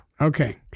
Okay